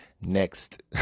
next